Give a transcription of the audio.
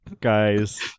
guys